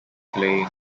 playing